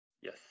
Yes